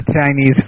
Chinese